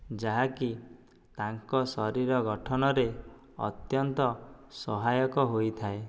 ଯାହାକି ତାଙ୍କ ଶରୀର ଗଠନରେ ଅତ୍ୟନ୍ତ ସହାୟକ ହୋଇଥାଏ